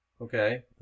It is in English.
Okay